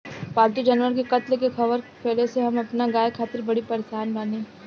पाल्तु जानवर के कत्ल के ख़बर फैले से हम अपना गाय खातिर बड़ी परेशान बानी